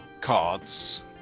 cards